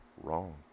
wrong